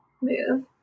move